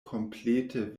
komplete